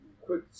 quick